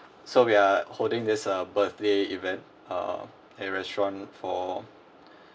so we are holding this uh birthday event uh at your restaurant for